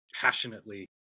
passionately